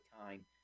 time